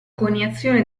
coniazione